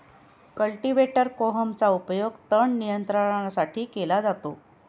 cultivator कोहमचा उपयोग तण नियंत्रणासाठी केला जातो